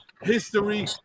history